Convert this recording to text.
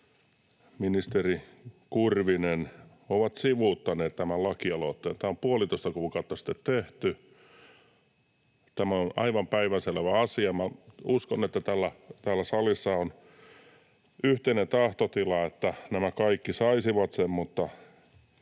ministeri Kurvinen ovat sivuuttaneet tämän lakialoitteen. Tämä on puolitoista kuukautta sitten tehty. Tämä on aivan päivänselvä asia. Minä uskon, että täällä salissa on yhteinen tahtotila siitä, että nämä kaikki saisivat sen,